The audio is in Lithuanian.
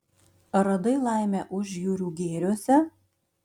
ar radai laimę užjūrių gėriuose